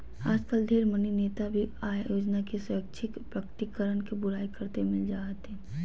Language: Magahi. आजकल ढेर मनी नेता भी आय योजना के स्वैच्छिक प्रकटीकरण के बुराई करते मिल जा हथिन